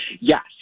Yes